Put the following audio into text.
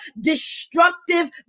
destructive